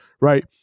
right